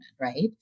right